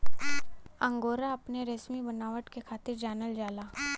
angora अपने रेसमी बनावट के खातिर जानल जाला